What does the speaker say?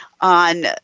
on